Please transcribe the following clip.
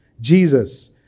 Jesus